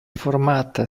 formata